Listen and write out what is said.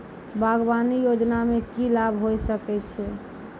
बागवानी योजना मे की लाभ होय सके छै?